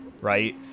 right